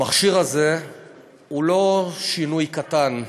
המכשיר הזה הוא לא שינוי קטן.